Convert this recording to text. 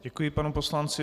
Děkuji panu poslanci.